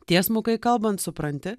tiesmukai kalbant supranti